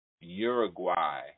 uruguay